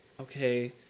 okay